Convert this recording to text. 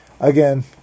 Again